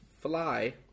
fly